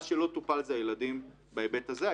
מה שלא טופל זה הילדים בהיבט הזה.